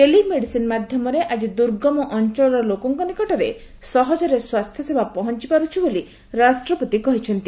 ଟେଲି medicine ମାଧ୍ୟମରେ ଆଜି ଦୂର୍ଗମ ଅଞ୍ଚଳର ଲୋକଙ୍କ ନିକଟରେ ସହକରେ ସ୍ୱାସ୍ଥ୍ୟସେବା ପହଞ୍ଚ ପାରୁଛି ବୋଲି ରାଷ୍ଟ୍ରପତି କହିଛନ୍ତି